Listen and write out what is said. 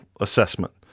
assessment